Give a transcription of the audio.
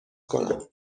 کنم